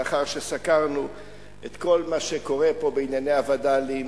לאחר שסקרנו את כל מה שקורה פה בענייני הווד"לים